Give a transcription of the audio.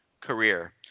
career